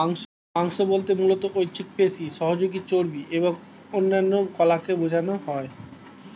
মাংস বলতে মূলত ঐচ্ছিক পেশি, সহযোগী চর্বি এবং অন্যান্য কলাকে বোঝানো হয়